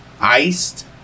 iced